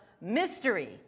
mystery